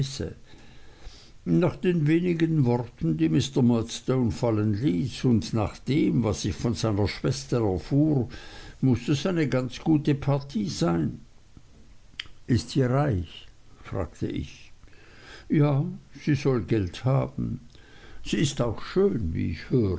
nach den wenigen worten die mr murdstone fallen ließ und nach dem was ich von seiner schwester erfuhr muß es eine ganz gute partie sein ist sie reich fragte ich ja sie soll geld haben sie ist auch schön wie ich